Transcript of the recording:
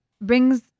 brings